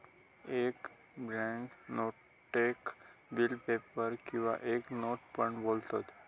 एक बॅन्क नोटेक bill paper किंवा एक नोट पण बोलतत